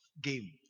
game